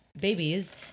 babies